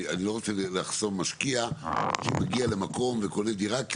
אני לא רוצה לחסום משקיע שמגיע למקום וקונה דירה כי